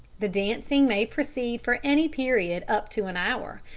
the dancing may proceed for any period up to an hour,